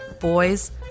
boys